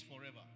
forever